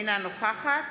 אינה נוכחת